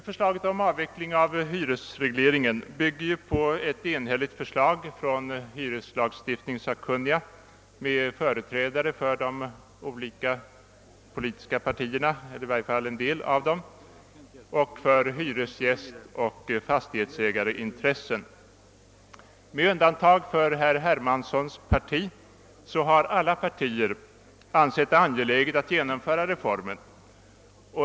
Förslaget om avveckling av hyresregleringen bygger på ett enhälligt förslag från hyreslagstiftningssakkunniga med företrädare för de olika politiska partierna, eller i varje fall en del av dem, och för hyresgästoch fastighetsägarintressen. Med undantag för herr Hermanssons parti har alla partier ansett det angeläget att genomföra reformen.